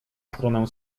stronę